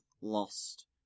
lost